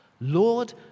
Lord